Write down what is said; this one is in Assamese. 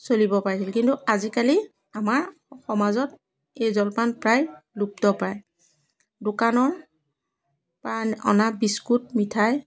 চলিব পাৰিছিল কিন্তু আজিকালি আমাৰ সমাজত এই জলপান প্ৰায় লুপ্তপ্ৰায় দোকানৰ পৰা অন অনা বিস্কুট মিঠাই